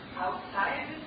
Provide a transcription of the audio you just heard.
outside